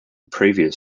previous